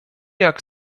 jak